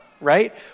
right